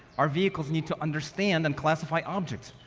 our vehicles need to understand and classify objects,